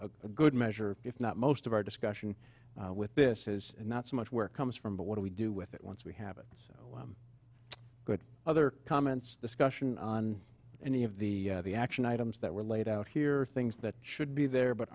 a good measure if not most of our discussion with this is not so much where comes from but what do we do with it once we have it good other comments discussion on any of the the action items that were laid out here things that should be there but